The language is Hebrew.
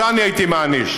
אותה אני הייתי מעניש.